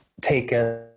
taken